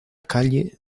calle